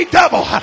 double